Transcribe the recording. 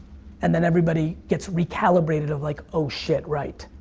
and then everybody gets recalibrated of like oh shit, right,